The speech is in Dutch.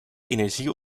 energie